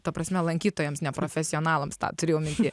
ta prasme lankytojams ne profesionalams tą turėjau minty